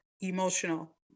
emotional